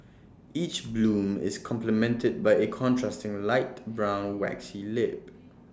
each bloom is complemented by A contrasting light brown waxy lip